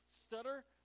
stutter